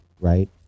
Right